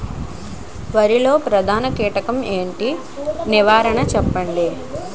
వరిలో ప్రధాన కీటకం ఏది? నివారణ చెప్పండి?